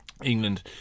England